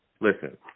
listen